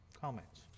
Comments